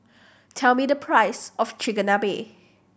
tell me the price of Chigenabe